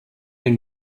den